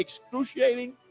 excruciating